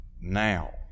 now